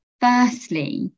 firstly